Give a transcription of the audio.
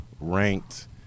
ranked